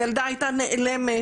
הילדה הייתה נעלמת,